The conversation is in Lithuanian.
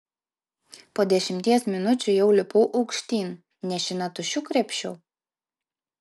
po dešimties minučių jau lipau aukštyn nešina tuščiu krepšiu